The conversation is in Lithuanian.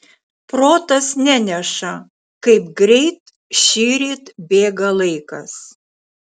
protas neneša kaip greit šįryt bėga laikas